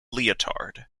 leotard